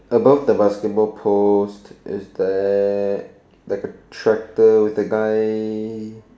above the basketball post is there like a truck full with a guy